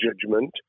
judgment